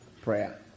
prayer